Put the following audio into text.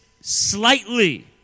slightly